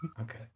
okay